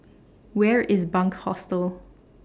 Where IS Bunc Hostel